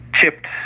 chipped